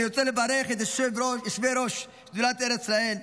אני רוצה לברך את יושבי ראש שדולת ארץ ישראל,